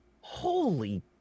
holy